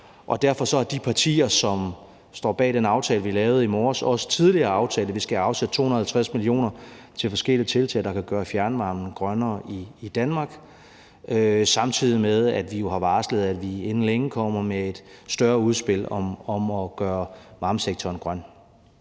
Og derfor har de partier, som står bag den aftale, vi lavede i morges, også aftalt, at vi skal have afsat 250 mio. kr. til forskellige tiltag, der kan gøre fjernvarmen grønnere i Danmark, samtidig med at vi har varslet, at vi inden længe kommer med et større udspil om at gøre varmesektoren grøn